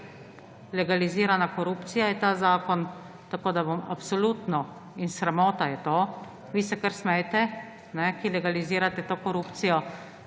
Legalizirana korupcija je ta zakon. Tako, da bom absolutno, in sramota je to, vi se kar smejte, ki legalizirate to korupcijo,